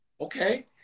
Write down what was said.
Okay